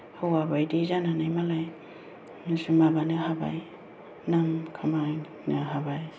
हौवा बायदि जानानै मालाय माबानो हाबाय नाम खामायनो हाबाय